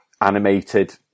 animated